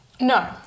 no